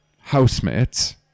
housemates